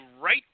right